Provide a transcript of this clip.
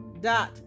dot